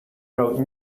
wrote